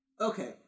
Okay